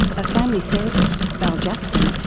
a family therapist, val jackson,